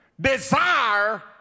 desire